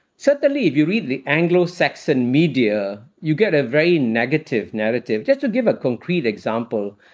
certainly if you read the anglo-saxon media, you get a very negative narrative. just to give a concrete example,